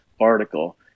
article